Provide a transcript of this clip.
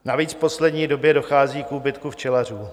Navíc v poslední době dochází k úbytku včelařů.